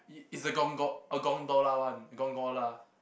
it's a gongo~ a gondola one gongola